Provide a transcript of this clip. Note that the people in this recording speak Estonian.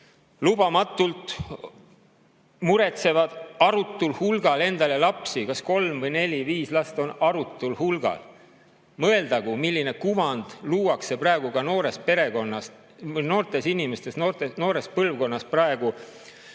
lubamatult muretsevad endale arutul hulgal lapsi. Kas kolm või neli või viis last on arutul hulgal?! Mõeldagu, milline kuvand luuakse praegu noores perekonnas, noortes inimestes, noores põlvkonnas, kui